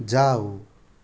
जाऊ